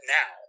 now